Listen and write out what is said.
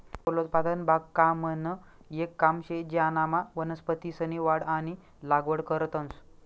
फलोत्पादन बागकामनं येक काम शे ज्यानामा वनस्पतीसनी वाढ आणि लागवड करतंस